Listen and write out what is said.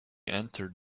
entered